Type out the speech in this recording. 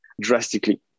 drastically